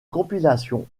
compilation